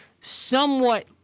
somewhat